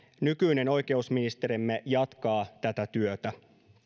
nykyinen oikeusministerimme jatkaa tätä työtä